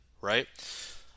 right